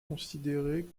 considérée